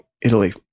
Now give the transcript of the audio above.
Italy